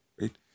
right